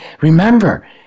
remember